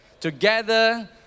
Together